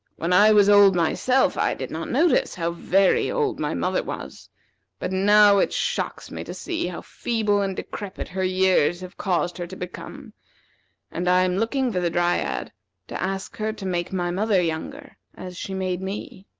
when i was old myself, i did not notice how very old my mother was but now it shocks me to see how feeble and decrepit her years have caused her to become and i am looking for the dryad to ask her to make my mother younger, as she made me.